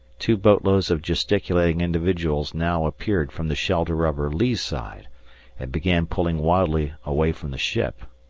two boatloads of gesticulating individuals now appeared from the shelter of her lee side and began pulling wildly away from the ship.